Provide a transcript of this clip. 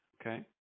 Okay